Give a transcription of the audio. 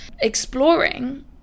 exploring